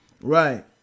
Right